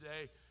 today